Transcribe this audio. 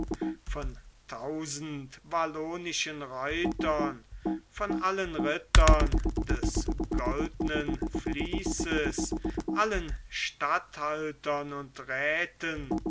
von tausend wallonischen reitern von allen rittern des goldenen vließes allen statthaltern und räthen